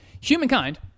Humankind